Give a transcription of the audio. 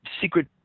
secret